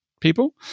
people